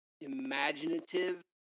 imaginative